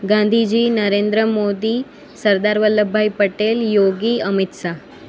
Gandhiji Narendra Modi Sardar Vallabhbhai Patel Yogi Amit Shah